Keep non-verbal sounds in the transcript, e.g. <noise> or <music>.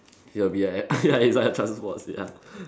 he will be like <laughs> ya he's like a transport sia